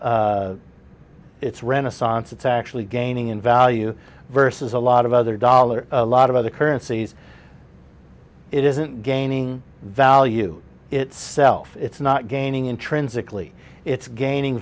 had its renaissance it's actually gaining in value versus a lot of other dollar a lot of other currencies it isn't gaining value itself it's not gaining intrinsically it's gaining